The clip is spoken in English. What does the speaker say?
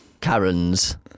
Karen's